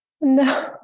No